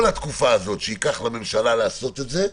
כל התקופה הזאת שתיקח לממשלה לעשות את זה,